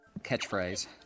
catchphrase